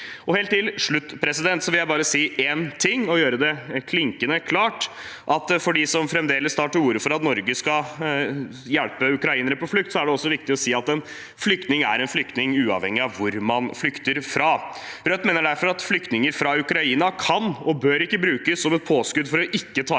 Helt til slutt vil jeg bare gjøre noe klinkende klart: Til dem som fremdeles tar til orde for at Norge skal hjelpe ukrainere på flukt, er det viktig å si at en flyktning er en flyktning uavhengig av hvor man flykter fra. Rødt mener derfor at flyktninger fra Ukraina kan ikke og bør ikke brukes som et påskudd for ikke å